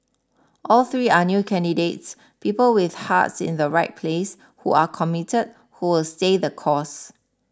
all three are new candidates people with hearts in the right place who are committed who will stay the course